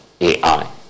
AI